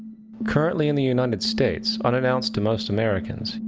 currently in the united states unannounced to most americans,